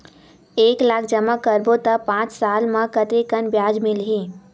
एक लाख जमा करबो त पांच साल म कतेकन ब्याज मिलही?